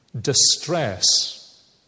distress